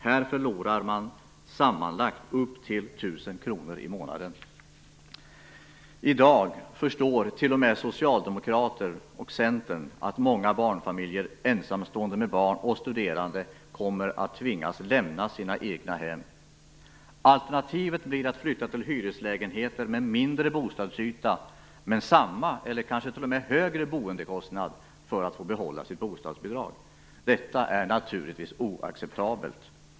Här förlorar man sammanlagt upp till 1 I dag förstår t.o.m. Socialdemokraterna och Centern att många barnfamiljer, ensamstående med barn och studerande kommer att tvingas att lämna sina egnahem. Alternativet blir att flytta till hyreslägenheter med mindre bostadsyta men med samma eller kanske högre boendekostnad för att få behålla sitt bostadsbidrag. Detta är naturligtvis oacceptabelt.